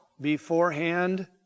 beforehand